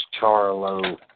Charlo